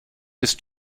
ist